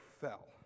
fell